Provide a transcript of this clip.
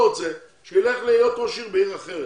שיהיה ראש עיר בעיר אחרת.